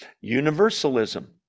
universalism